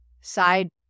side